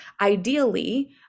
ideally